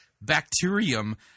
bacterium